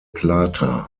plata